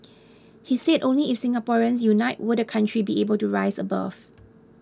he said only if Singaporeans unite will the country be able to rise above